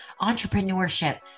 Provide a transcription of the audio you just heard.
entrepreneurship